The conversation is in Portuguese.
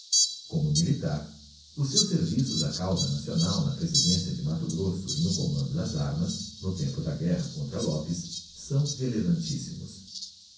como militar os seus serviços á causa nacional na presidência de matto grosso e no commando das armas no tempo da guerra contra lopez são relevantíssimos como